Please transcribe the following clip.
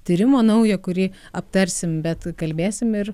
tyrimo naujo kurį aptarsim bet kalbėsim ir